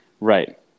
Right